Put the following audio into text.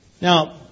Now